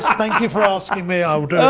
thank you for asking me, i